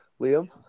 Liam